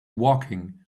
walking